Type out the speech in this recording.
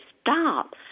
stop